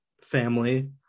family